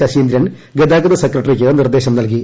ശശീന്ദ്രൻ ഗതാഗത സെക്രട്ടറിക്ക് ് നിർദ്ദേശം നൽകി